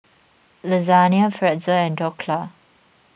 Lasagna Pretzel and Dhokla